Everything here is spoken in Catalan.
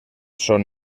són